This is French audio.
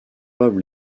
bob